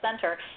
center